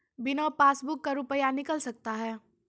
बिना पासबुक का रुपये निकल सकता हैं?